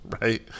right